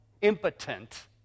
impotent